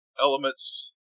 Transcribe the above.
elements